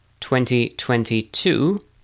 2022